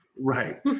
Right